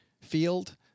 field